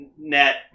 Net